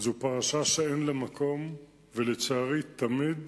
זאת פרשה שאין לה מקום, ולצערי תמיד